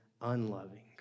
unloving